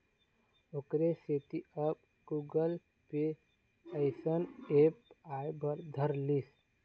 ओखरे सेती अब गुगल पे अइसन ऐप आय बर धर लिस